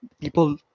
people